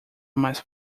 mais